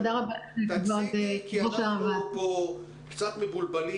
חלק מהגנים גם נמצאים